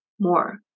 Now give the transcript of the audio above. more